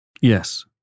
Yes